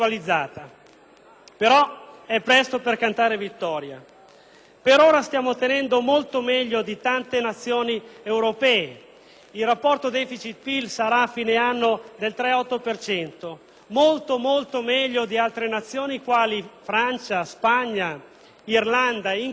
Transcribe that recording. presto però per cantare vittoria. Per ora stiamo tenendo molto meglio di tante Nazioni europee. Il rapporto *deficit-*PIL sarà, a fine anno, del 3,8 per cento, molto meglio di altre Nazioni, quali Francia, Spagna, Irlanda e Inghilterra.